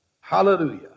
Hallelujah